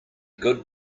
good